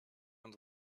und